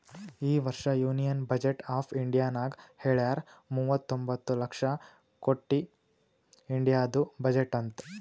ಈ ವರ್ಷ union budget of ಇಂಡಿಯಾನಾಗ್ ಹೆಳ್ಯಾರ್ ಮೂವತೊಂಬತ್ತ ಲಕ್ಷ ಕೊಟ್ಟಿ ಇಂಡಿಯಾದು ಬಜೆಟ್ ಅಂತ್